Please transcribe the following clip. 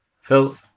Phil